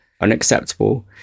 unacceptable